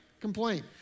Complain